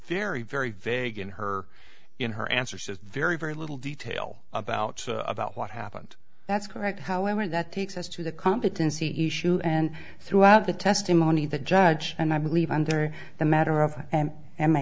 very very good her in her answer says very very little detail about about what happened that's correct however that takes us to the competency issue and throughout the testimony the judge and i believe under the matter of a